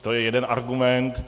To je jeden argument.